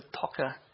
talker